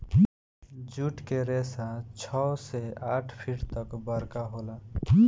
जुट के रेसा छव से आठ फुट तक बरका होला